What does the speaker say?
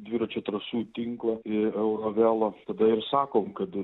dviračių trasų tinklą į euro velo tada ir sakom kad